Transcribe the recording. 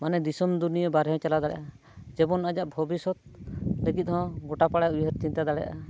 ᱢᱟᱱᱮ ᱫᱤᱥᱚᱢ ᱫᱩᱱᱤᱭᱟᱹ ᱵᱟᱦᱨᱮ ᱦᱚᱸᱭ ᱪᱟᱞᱟᱣ ᱫᱟᱲᱮᱭᱟᱜᱼᱟ ᱡᱮᱢᱚᱱ ᱟᱡᱟᱜ ᱵᱷᱚᱵᱤᱥᱥᱛᱚ ᱜᱚᱴᱟ ᱯᱟᱲᱟᱭ ᱩᱭᱦᱟᱹᱨ ᱪᱤᱱᱛᱟᱹ ᱫᱟᱲᱮᱭᱟᱜᱼᱟ